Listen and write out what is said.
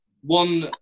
One